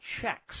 checks